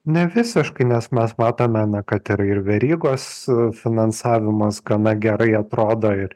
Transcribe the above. ne visiškai nes mes matome na kad ir verygos finansavimas gana gerai atrodo ir